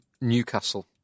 Newcastle